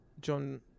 John